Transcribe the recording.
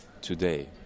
today